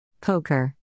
Poker